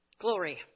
glory